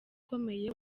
ukomeye